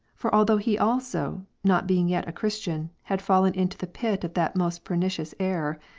for although he also, not being yet a christian, had fallen into the pit of that most pernicious error,